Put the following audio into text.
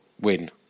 Win